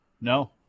no